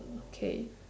okay